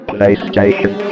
PlayStation